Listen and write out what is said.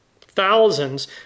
Thousands